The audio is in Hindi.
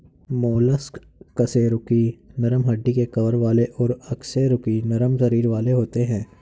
मोलस्क कशेरुकी नरम हड्डी के कवर वाले और अकशेरुकी नरम शरीर वाले होते हैं